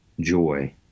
joy